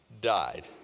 Died